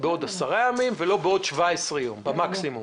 בעוד 10 ימים ולא בעוד 17 יום במקסימום.